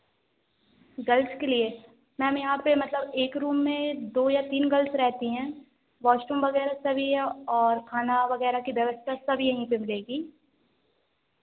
girls के लिए ma'am यहाँ पे मतलब एक रूम में दो या तीन गर्ल्स रहती हैं वॉशरूम वगैरह सभी है और खाना वगैरह की व्यवस्था सब यहीं पे मिलेगी